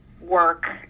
work